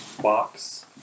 box